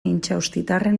intxaustitarren